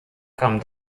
kam